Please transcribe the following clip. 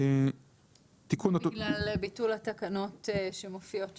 בגלל ביטול התקנות שמופיעות שם.